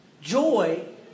Joy